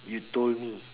you told me